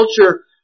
culture